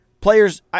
players